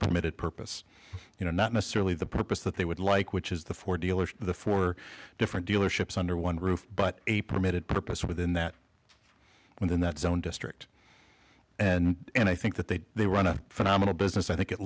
permitted purpose you know not necessarily the purpose that they would like which is the ford dealership the four different dealerships under one roof but a permitted purpose within that within that zone district and i think that they they run a phenomenal business i think it